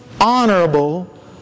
honorable